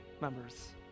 members